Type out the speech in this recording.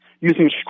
using